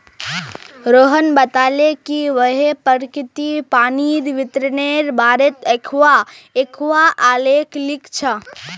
रोहण बताले कि वहैं प्रकिरतित पानीर वितरनेर बारेत एकखाँ आलेख लिख छ